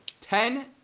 Ten